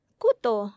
kuto